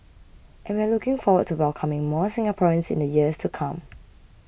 and we're looking forward to welcoming more Singaporeans in the years to come